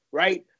right